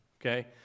okay